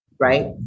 Right